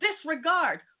disregard